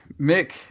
Mick